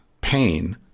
pain